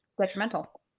detrimental